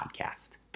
podcast